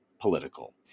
political